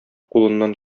кулыннан